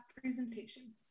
presentation